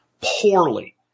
poorly